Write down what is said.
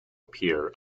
appear